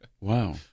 Wow